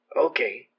okay